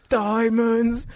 diamonds